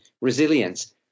resilience